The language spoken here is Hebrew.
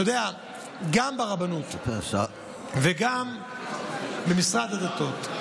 גם ברבנות וגם במשרד הדתות,